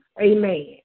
Amen